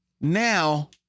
now